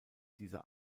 dieser